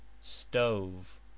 Stove